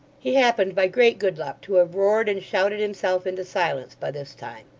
he happened by great good luck to have roared and shouted himself into silence by this time.